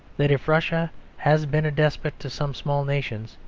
that if russia has been a despot to some small nations,